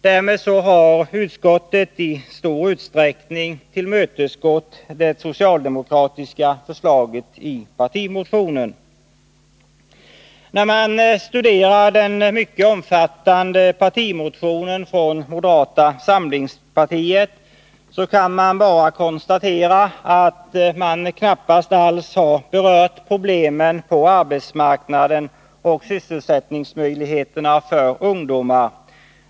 Därmed har utskottet i stor utsträckning tillmötesgått det socialdemokratiska förslaget i partimotionen. Den som studerar den mycket omfattande partimotionen från moderata samlingspartiet kan konstatera att man knappast alls har berört problemen på arbetsmarknaden och sysselsättningsmöjligheterna för ungdomar.